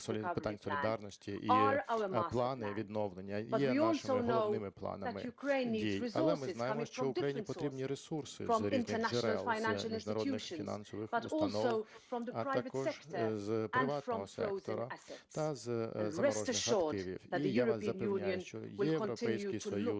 Але ми знаємо, що Україні потрібні ресурси з різних джерел, з міжнародних фінансових установ, а також з приватного сектору та з заморожених активів. І я вас запевняю, що Європейський Союз